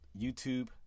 YouTube